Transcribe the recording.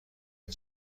این